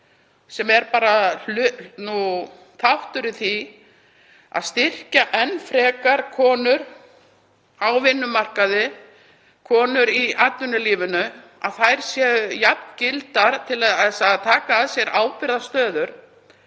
sem er þáttur í því að styrkja enn frekar konur á vinnumarkaði, konur í atvinnulífinu, að þær séu jafngildar til að taka að sér ábyrgðarstöður.